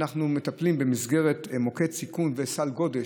אנחנו מטפלים במסגרת מוקד סיכון וסל גודש,